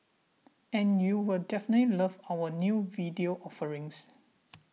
and you'll definitely love our new video offerings